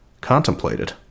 contemplated